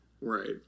Right